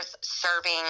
serving